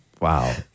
Wow